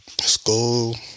school